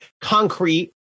concrete